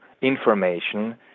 information